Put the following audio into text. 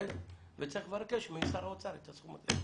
z וצריך לבקש משר האוצר את הסכום הזה,